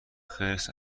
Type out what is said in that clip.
خرس